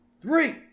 three